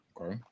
Okay